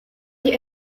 die